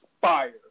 Fire